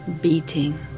beating